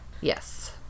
Yes